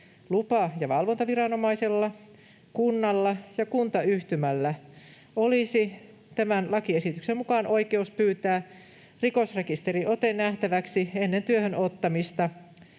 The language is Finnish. lupa- ja valvontaviranomaisella, kunnalla ja kuntayhtymällä olisi oikeus pyytää rikosrekisteriote nähtäväksi ennen työhön ottamista,